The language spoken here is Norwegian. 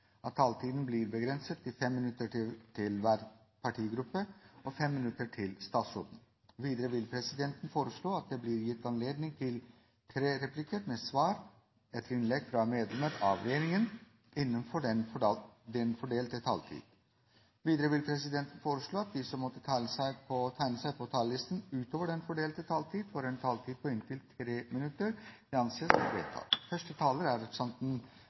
at taletiden blir begrenset til 5 minutter til hver partigruppe og 5 minutter til statsråden. Videre vil presidenten foreslå at det blir gitt anledning til tre replikker med svar etter innlegg fra medlemmer av regjeringen innenfor den fordelte taletid. Videre vil presidenten foreslå at de som måtte tegne seg på talerlisten utover den fordelte taletid, får en taletid på inntil 3 minutter. – Det anses vedtatt.